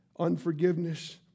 unforgiveness